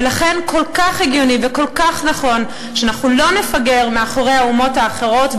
ולכן כל כך הגיוני וכל כך נכון שאנחנו לא נפגר אחרי האומות האחרות,